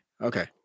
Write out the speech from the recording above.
okay